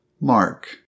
Mark